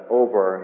over